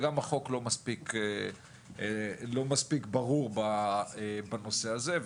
החוק לא מספיק ברור בנושא הזה.